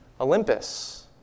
Olympus